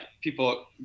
people